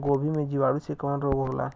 गोभी में जीवाणु से कवन रोग होला?